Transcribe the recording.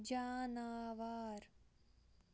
جاناوار